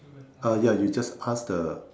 ah ya you just asked the